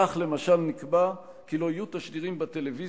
כך, למשל, נקבע כי לא יהיו תשדירים בטלוויזיה,